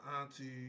auntie